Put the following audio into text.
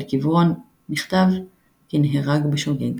על קברו נכתב כי "נהרג בשוגג".